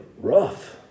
rough